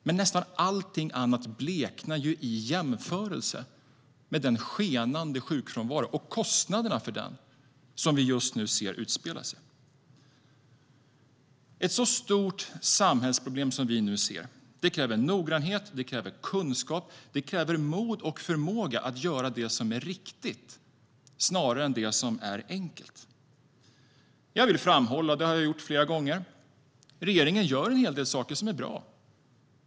Men nästan allt annat bleknar i jämförelse med kostnaderna för den skenande sjukfrånvaron som vi just nu ser utspela sig. Ett så stort samhällsproblem som vi nu ser kräver noggrannhet och kunskap. Det kräver mod och förmåga att göra det som är riktigt snarare än det som är enkelt. Jag vill framhålla, och det har jag gjort flera gånger, att regeringen gör en hel del saker som är bra.